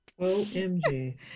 OMG